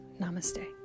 Namaste